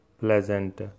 pleasant